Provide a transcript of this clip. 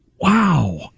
Wow